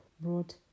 brought